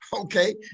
Okay